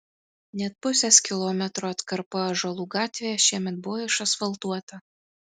net pusės kilometro atkarpa ąžuolų gatvėje šiemet buvo išasfaltuota